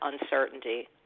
uncertainty